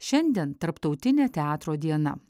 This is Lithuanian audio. šiandien tarptautinė teatro diena